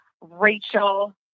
Rachel